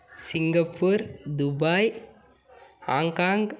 Singapore Dubai Hong Kong